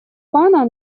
пана